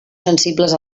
sensibles